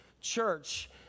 church